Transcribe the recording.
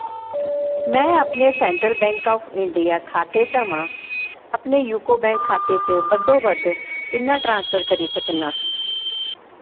में अपने central bank of India खाते थमां अपने यूको बैंक खाते च बद्धोबद्ध किन्ना ट्रांसफर करी सकनां